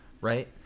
right